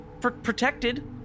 protected